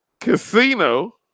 Casino